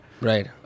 Right